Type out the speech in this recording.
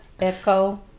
Echo